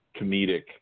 comedic